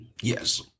Yes